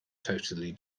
totally